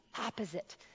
opposite